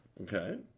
Okay